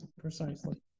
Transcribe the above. Precisely